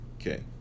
okay